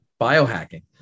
biohacking